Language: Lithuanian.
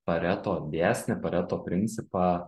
pareto dėsnį pareto principą